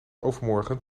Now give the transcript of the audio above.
overmorgen